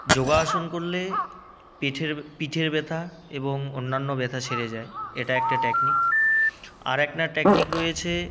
যোগাসন করলে পিঠের ব্যথা এবং অন্যান্য ব্যথা সেরে যায় এটা একটা টেকনিক আর একটা টেকনিক রয়েছে